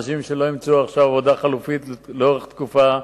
אנשים לא ימצאו עכשיו עבודה חלופית לאורך תקופה,